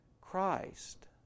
Christ